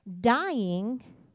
dying